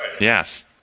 Yes